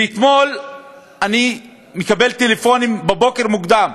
ואתמול אני מקבל טלפונים בבוקר מוקדם.